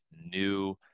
new